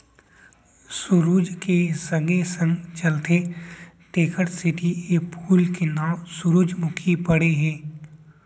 सुरूज के संगे संग चलथे तेकरे सेती ए फूल के नांव सुरूजमुखी परे हे